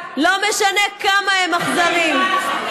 לא משנה כמה הם אכזריים,